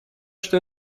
что